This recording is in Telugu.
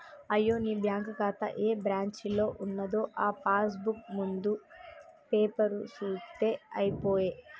అయ్యో నీ బ్యాంకు ఖాతా ఏ బ్రాంచీలో ఉన్నదో ఆ పాస్ బుక్ ముందు పేపరు సూత్తే అయిపోయే